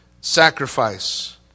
sacrifice